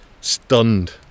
Stunned